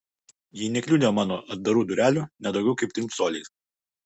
ji nekliudė mano atdarų durelių ne daugiau kaip trim coliais